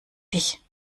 dich